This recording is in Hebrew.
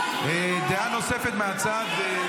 דעה נוספת מהצד.